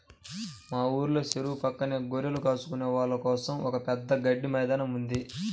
మా ఊర్లో చెరువు పక్కనే గొర్రెలు కాచుకునే వాళ్ళ కోసం ఒక పెద్ద గడ్డి మైదానం ఉంది